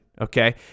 okay